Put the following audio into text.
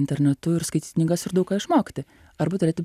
internetu ir skaityti knygas ir daug ką išmokti arba turėti